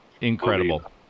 Incredible